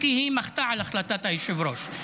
כי היא מחתה על החלטת היושב-ראש.